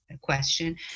question